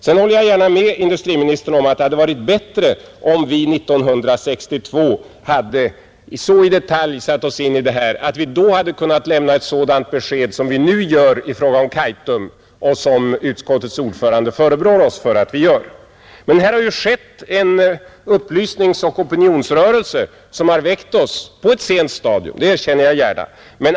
Sedan håller jag gärna med industriministern om att det hade varit bättre om vi 1962 hade så i detalj satt oss in i detta att vi då hade kunnat lämna ett sådant besked som vi nu lämnar i fråga om Kaitum och som utskottets ordförande förebrår oss för att vi lämnar. Men här har ju skett en upplysningsoch opinionsrörelse som har väckt oss — på ett sent stadium, det erkänner jag gärna.